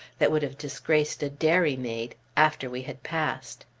that would have disgraced a dairy maid, after we had passed.